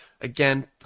Again